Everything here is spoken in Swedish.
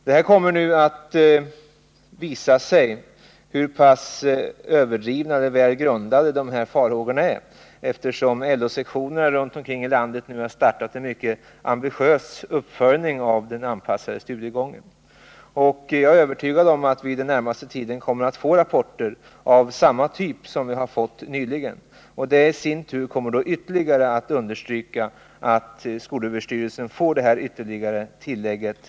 Hur pass överdrivna eller väl grundade farhågorna är kommer att visa sig, Nr 24 eftersom LO-sektionerna runt om i landet nu har startat en mycket ambitiös — Torsdagen den uppföljning av den anpassade studiegången. Jag är övertygad om att vi den 8 november 1979 närmaste tiden kommer att få rapporter av samma typ som vi har fått nyligen. = Det i sin tur kommer att ytterligare understryka vikten av att skolöversty Om viss utbildning relsen får i uppdrag att titta mer ingående på den anpassade studiegången. = för lärare i träoch metallslöjd Statsrådet BRITT MOGÅRD: Herr talman! Jag kan inte finna annat än att jag har sagt — och det står jag för — att skolöverstyrelsen har fått i uppdrag att noga följa utvecklingen av anpassad studiegång.